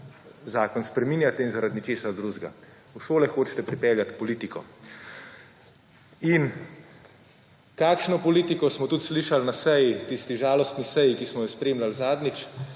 zakon spreminjate in zaradi nečesa drugega, v šole hočete pripeljati politiko. In kakšno politiko smo tudi slišali na seji, tisti žalostni seji, ki smo jo spremljali zadnjič.